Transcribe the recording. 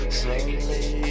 slowly